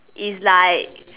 is like